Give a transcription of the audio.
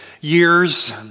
years